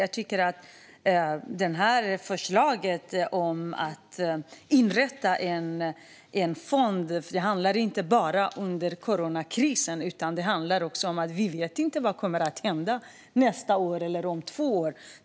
När det gäller förslaget att inrätta en fond: Detta handlar inte bara om coronakrisen. Vi vet inte vad som kommer att hända nästa år eller om två år.